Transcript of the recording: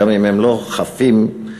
גם אם הם לא חפים מביקורת,